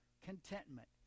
contentment